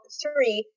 three